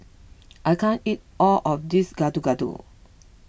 I can't eat all of this Gado Gado